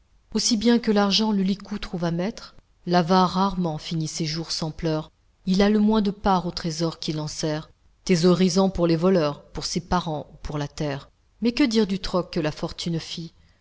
aussi bien que l'argent le licou trouva maître l'avare rarement finit ses jours sans pleurs il a le moins de part au trésor qu'il enserre thésaurisant pour les voleurs pour ses parents ou pour la terre mais que dire du troc que la fortune fit